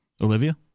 Olivia